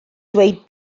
dweud